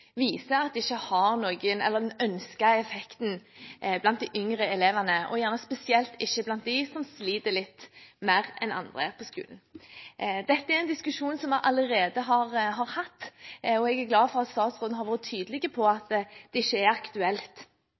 viser at det ikke har den ønskede effekten blant de yngre elevene og spesielt ikke blant dem som sliter litt mer enn andre på skolen. Dette er en diskusjon vi allerede har hatt, og jeg er glad for at statsråden har vært tydelig på at det ikke er aktuelt